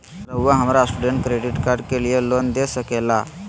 रहुआ हमरा student credit card के लिए लोन दे सके ला?